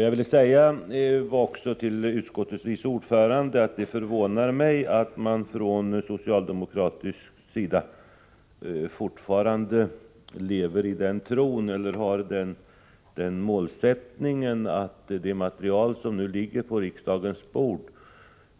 Jag vill också säga till utskottets vice ordförande att det förvånar mig att man från socialdemokratisk sida fortfarande har den målsättningen att det material som nu ligger på riksdagens bord